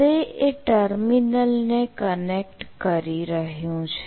હવે એ ટર્મિનલ ને કનેક્ટ કરી રહ્યું છે